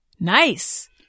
Nice